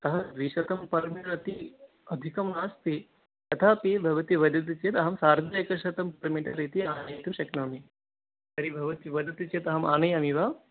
कः द्विशतं per metre इति अधिकं नास्ति तथापि भवती वदति चेत् अहं सार्ध एकशतं पर् मिटर् इति आनेतुं शक्नोमि तर्हि भवती वदति चेत् अहम् आनयामि वा